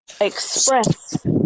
express